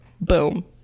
boom